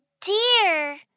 dear